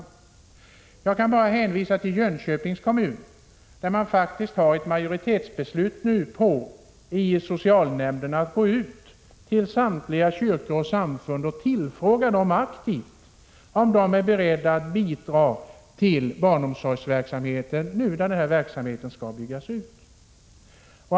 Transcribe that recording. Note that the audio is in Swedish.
Jag kan t.ex. hänvisa till Jönköpings kommun, där man faktiskt har ett majoritetsbeslut i socialnämnden på att man skall gå ut till samtliga kyrkor och samfund och aktivt tillfråga dem om de är beredda att bidra till barnomsorgsverksamheten när denna verksamhet nu skall byggas ut.